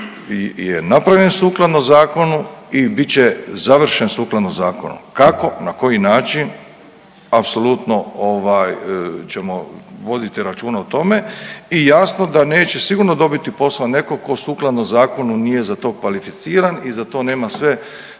je napravljen sukladno zakonu i bit će završen sukladno zakonu. Kako na koji način, apsolutno ovaj ćemo voditi računa o tome i jasno da neće sigurno dobiti posao neko tko sukladno zakonu nije za to kvalificiran i za to nema sve,